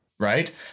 Right